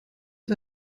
ist